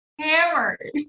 hammered